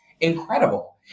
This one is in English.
incredible